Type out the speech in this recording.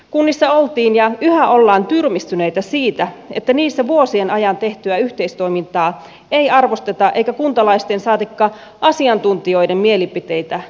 kunnissa oltiin ja yhä ollaan tyrmistyneitä siitä että niissä vuosien ajan tehtyä yhteistoimintaa ei arvosteta eikä kuntalaisten saatikka asiantuntijoiden mielipiteitä kuunnella